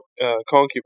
concubine